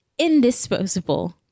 indisposable